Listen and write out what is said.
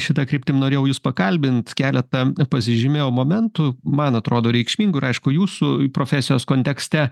šita kryptim norėjau jus pakalbint keletą pasižymėjau momentų man atrodo reikšmingų ir aišku jūsų profesijos kontekste